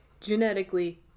Genetically